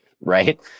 right